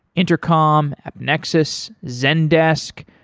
intercom, appnexus, zendesk.